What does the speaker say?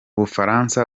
bufaransa